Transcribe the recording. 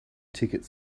ticket